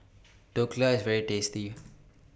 Dhokla IS very tasty